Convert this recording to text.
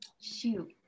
shoot